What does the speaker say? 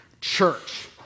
church